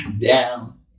down